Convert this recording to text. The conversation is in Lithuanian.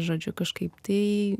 žodžiu kažkaip tai